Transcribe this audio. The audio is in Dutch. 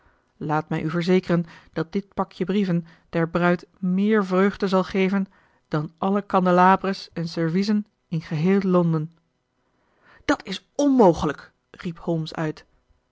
laat mij u verzekeren dat dit pakje brieven der bruid meer vreugde zal geven dan alle candelabres en serviezen in geheel londen dat is onmogelijk riep holmes uit